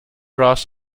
rush